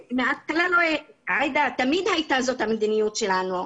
מבקשים את ההשתתפות של הפונים עצמם,